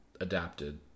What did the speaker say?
adapted